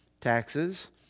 taxes